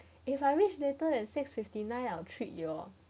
if I reach later than six fifty nine I will treat you all